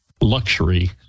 luxury